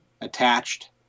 attached